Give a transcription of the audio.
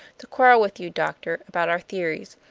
to quarrel with you, doctor, about our theories.